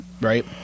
right